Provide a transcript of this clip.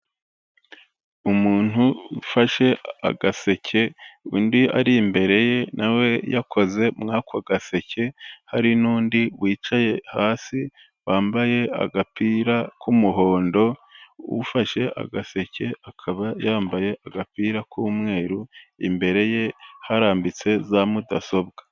Umuntu ufashe agaseke, undi ari imbere ye nawe yakoze muri ako gaseke, hari n'undi wicaye hasi, wambaye agapira k'umuhondo, ufashe agaseke akaba yambaye agapira k'umweru, imbere ye harambitse za mudasobwa.